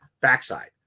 backside